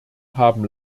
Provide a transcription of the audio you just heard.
haben